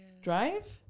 Drive